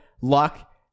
luck